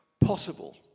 possible